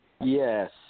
Yes